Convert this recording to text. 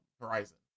Horizon